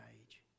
age